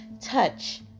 Touch